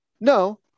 No